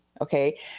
Okay